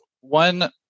one